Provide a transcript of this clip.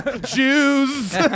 Jews